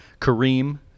Kareem